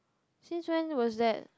since when was that